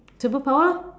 superpower